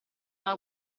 una